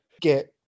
get